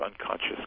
unconscious